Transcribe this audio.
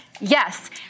Yes